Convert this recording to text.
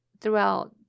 throughout